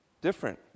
Different